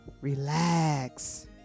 Relax